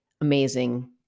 amazing